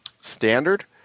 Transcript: standard